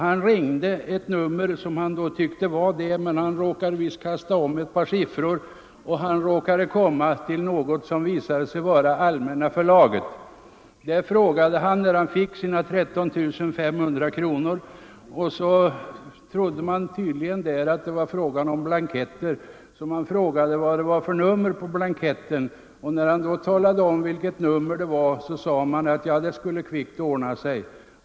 Han ringde ett nummer som han trodde var riktigt, men han råkade visst kasta om ett par siffror och kom till Allmänna förlaget. Där frågade han när han skulle få sina 13 500 kronor. Man trodde tydligen där att det gällde blanketter. Man frågade vad det var för nummer på blanketten, och när han nämnde numret sade man att det kvickt skulle ordna sig.